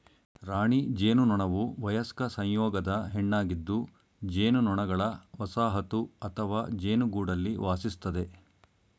ರಾಣಿ ಜೇನುನೊಣವುವಯಸ್ಕ ಸಂಯೋಗದ ಹೆಣ್ಣಾಗಿದ್ದುಜೇನುನೊಣಗಳವಸಾಹತುಅಥವಾಜೇನುಗೂಡಲ್ಲಿವಾಸಿಸ್ತದೆ